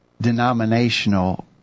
denominational